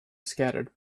scattered